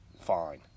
fine